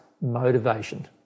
motivation